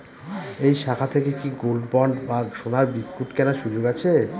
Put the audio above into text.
এই শাখা থেকে কি গোল্ডবন্ড বা সোনার বিসকুট কেনার সুযোগ আছে?